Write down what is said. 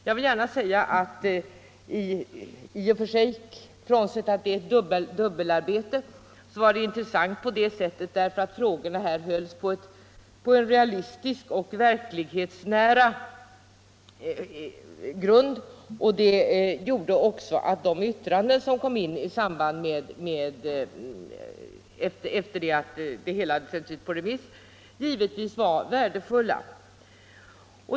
Jag vill gärna säga att detta i och för sig — frånsett att det är dubbelarbete — var intressant därför att frågorna här hölls på en realistisk och verklighetsnära grund, och det gjorde också att de remissyttranden som kom var värdefulla.